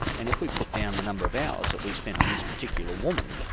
and if we put down the number of hours that we spent on this particular woman,